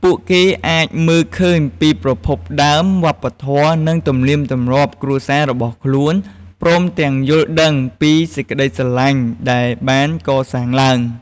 ពួកគេអាចមើលឃើញពីប្រភពដើម វប្បធម៌ និងទំនៀមទម្លាប់គ្រួសាររបស់ខ្លួន ព្រមទាំងយល់ដឹងពីក្តីស្រឡាញ់ដែលបានកសាងឡើង។